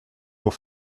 pour